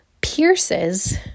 pierces